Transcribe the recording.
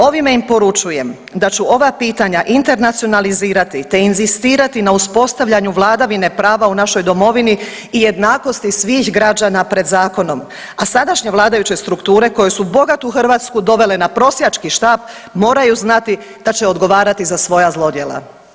Ovime im poručujem da ću ova pitanja internacionalizirati, te inzistirati na uspostavljanju vladavine prava u našoj domovini i jednakosti svih građana pred zakonom, a sadašnja vladajuće strukture koje su bogatu Hrvatsku dovele na prosjački štap moraju znati da će odgovarati za svoja zlodjela.